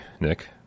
Nick